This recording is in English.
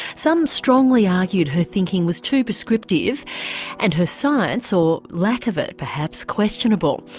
some strongly argued her thinking was too prescriptive and her science, or lack of it, perhaps, questionable.